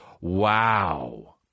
wow